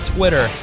Twitter